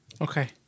Okay